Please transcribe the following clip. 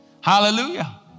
Hallelujah